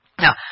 Now